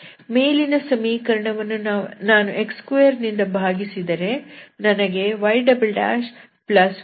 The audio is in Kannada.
ಮೇಲಿನ ಸಮೀಕರಣವನ್ನು ನಾನು x2 ನಿಂದ ಭಾಗಿಸಿದರೆ ನನಗೆ y"yxyx2